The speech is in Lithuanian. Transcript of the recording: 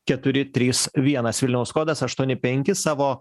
keturi trys vienas vilniaus kodas aštuoni penki savo